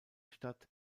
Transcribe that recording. statt